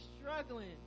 struggling